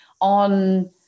on